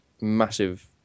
massive